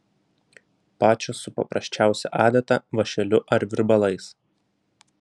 pačios su paprasčiausia adata vąšeliu ar virbalais